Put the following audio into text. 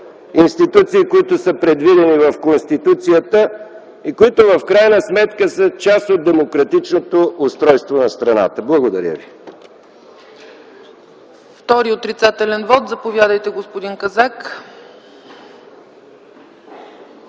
институции, които са предвидени в Конституцията, и които в крайна сметка са част от демократичното устройство на страната. Благодаря.